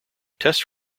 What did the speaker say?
tests